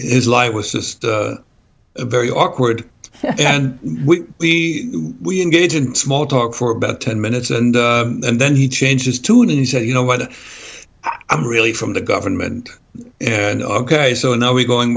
his life was just a very awkward and we we we engage in small talk for about ten minutes and then he changed his tune and he said you know what i'm really from the government and ok so now we're going